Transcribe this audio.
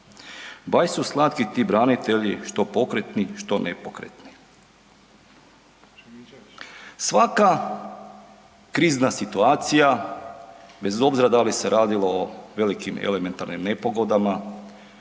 baš su slatki ti branitelji što pokretni, što nepokretni.“ Svaka krizna situacija bez obzira da li se radilo o velikim elementarnim nepogodama,